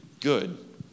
good